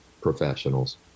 professionals